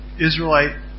Israelite